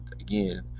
again